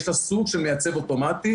יש סוג של מייצב אוטומטי.